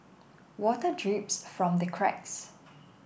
water drips from the cracks